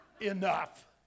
enough